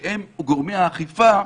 שהם גורמי האכיפה,